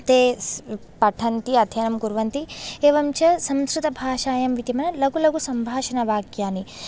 ते पठन्ति अध्ययनं कुर्वन्ति एवं च संस्कृतभाषायां विद्यमान लघु लघु सम्भाषणवाक्यानि